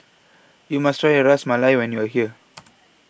YOU must Try Ras Malai when YOU Are here